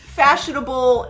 fashionable